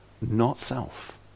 not-self